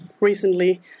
recently